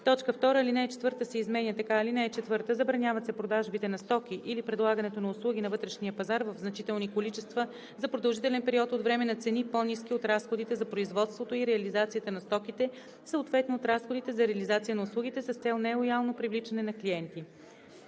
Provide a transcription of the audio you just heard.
14“. 2. Алинея 4 се изменя така: „(4) Забраняват се продажбите на стоки или предлагането на услуги на вътрешния пазар в значителни количества за продължителен период от време на цени, по-ниски от разходите за производството и реализацията на стоките, съответно от разходите за реализацията на услугите, с цел нелоялно привличане на клиенти.“